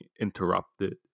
interrupted